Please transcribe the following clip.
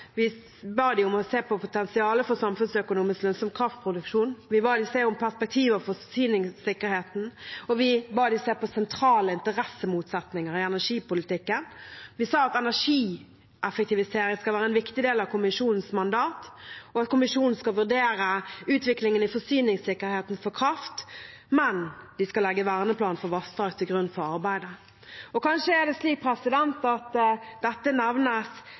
Vi ba dem om å se på potensialet for samfunnsøkonomisk lønnsom kraftproduksjon. Vi ba dem se på perspektiver for forsyningssikkerheten, og vi ba dem se på sentrale interessemotsetninger i energipolitikken. Vi sa at energieffektivisering skal være en viktig del av kommisjonens mandat, og at kommisjonen skal vurdere utviklingen i forsyningssikkerheten for kraft. Men de skal legge verneplanen for vassdrag til grunn for arbeidet. Kanskje er det slik at dette nevnes